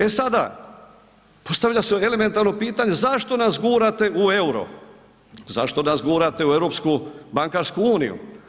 E sada, postavlja se elementarno pitanje zašto nas gurate u euro, zašto nas gurate u Europsku bankarsku uniju?